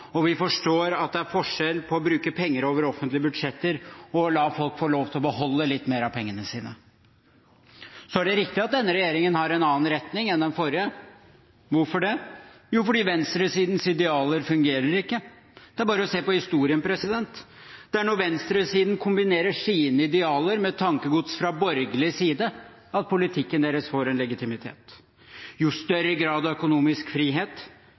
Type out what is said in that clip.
og vi forstår at det er forskjell på å bruke penger over offentlige budsjetter og å la folk få lov til å beholde litt mer av pengene sine. Det er riktig at denne regjeringen har en annen retning enn den forrige. Hvorfor det? Jo, fordi venstresidens idealer fungerer ikke. Det er bare å se på historien. Det er når venstresiden kombinerer sine idealer med tankegods fra borgerlig side, at politikken deres får en legitimitet. Jo større grad av økonomisk frihet